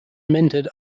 mentored